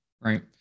right